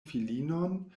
filinon